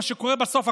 מה שקורה בסוף,